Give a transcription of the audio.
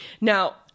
Now